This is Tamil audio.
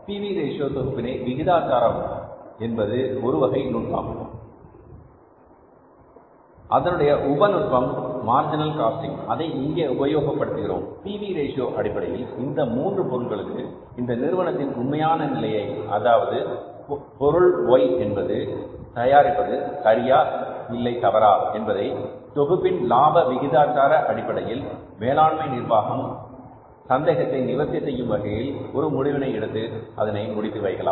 பி வி ரேஷியோ தொகுப்பின்லாப விகிதாச்சாரம் என்பது ஒரு வகை நுட்பம் அதனுடைய உப நுட்பம் மார்ஜினல் காஸ்டிங் அதை இங்கே உபயோகப்படுத்துகிறோம் பி வி ரேஷியோ அடிப்படையில் இந்த மூன்று பொருட்களுக்கு இந்த நிறுவனத்தின் உண்மையான நிலையை அதாவது பொருள் Y என்பது தயாரிப்பது சரியா இல்லை தவறா என்பதை தொகுப்பின் லாப விகிதாச்சார அடிப்படையில் மேலாண்மை நிர்வாகம் சந்தேகத்தை நிவர்த்தி செய்யும் வகையில் ஒரு முடிவெடுத்து அதனை முடித்து வைக்கலாம்